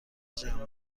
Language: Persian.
جمع